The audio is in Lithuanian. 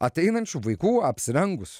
ateinančių vaikų apsirengus